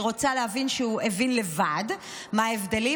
אני רוצה להאמין שהוא הבין לבד מה ההבדלים.